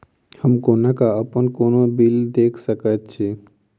हम कोना कऽ अप्पन कोनो बिल देख सकैत छी?